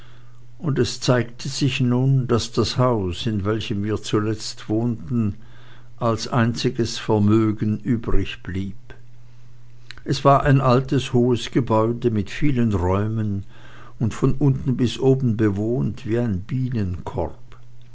und es zeigte sich nun daß das haus in welchem wir zuletzt wohnten als einziges vermögen übrigblieb es war ein altes hohes gebäude mit vielen räumen und von unten bis oben bewohnt wie ein bienenkorb